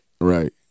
Right